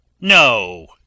No